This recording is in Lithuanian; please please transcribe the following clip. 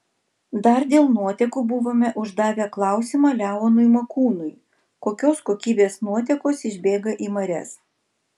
dar dėl nuotekų buvome uždavę klausimą leonui makūnui kokios kokybės nuotekos išbėga į marias